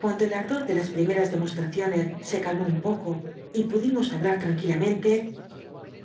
cuando el atdor de las primeras demoslt teiones se calmó un poco y pudimos hablar lt mquilamentc